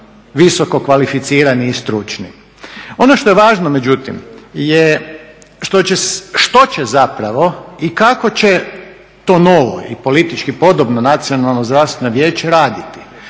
visokokvalificirani i stručni. Ono što je važno međutim što će zapravo i kako će to novo i politički podobno Nacionalno zdravstveno vijeće raditi,